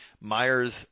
Myers